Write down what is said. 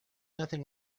nothing